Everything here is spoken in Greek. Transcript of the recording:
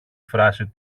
φράση